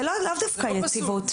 זה לאו דווקא יציבות.